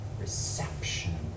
reception